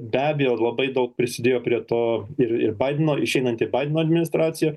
be abejo labai daug prisidėjo prie to ir ir baideno išeinan ir baideno administracija